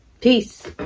Peace